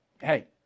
Hey